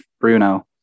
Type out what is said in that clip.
Bruno